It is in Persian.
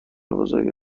بزرگ